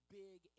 big